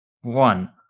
One